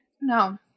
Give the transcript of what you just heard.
No